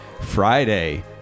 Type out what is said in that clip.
friday